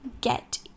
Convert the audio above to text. get